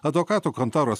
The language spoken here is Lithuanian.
advokatų kontoros